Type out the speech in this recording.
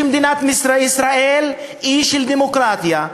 שמדינת ישראל היא אי של דמוקרטיה,